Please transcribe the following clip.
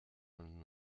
man